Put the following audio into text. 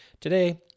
Today